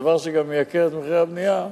דבר שגם מייקר את מחירי הבנייה,